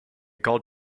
called